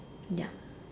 ya